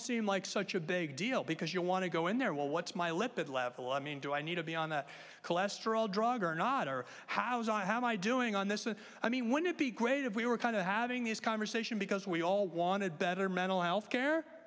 seem like such a big deal because you want to go in there well what's my limpid level i mean do i need to be on a cholesterol drug or not or how's i how my doing on this i mean when it be great if we were kind of having this conversation because we all wanted better mental health care